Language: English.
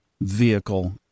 vehicle